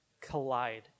collide